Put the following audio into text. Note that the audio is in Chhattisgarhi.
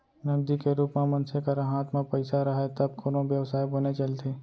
नगदी के रुप म मनसे करा हात म पइसा राहय तब कोनो बेवसाय बने चलथे